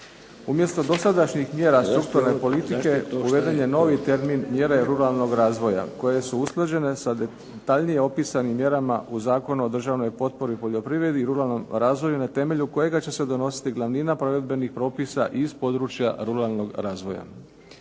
Umjesto dosadašnjih mjera strukturne politike uveden je novi termin mjere ruralnog razvoja koje su usklađene sa detaljnije opisanim mjerama u Zakonu o državnoj potpori u poljoprivredi i ruralnom razvoju na temelju kojega će se donositi glavnina provedbenih propisa iz područja ruralnog razvoja.